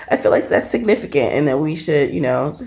i feel like that's significant and that we should, you know,